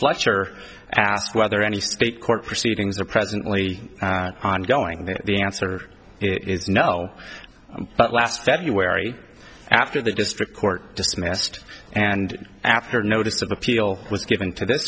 fletcher asked whether any state court proceedings are presently ongoing the answer is no but last february after the district court dismissed and after notice of appeal was given to th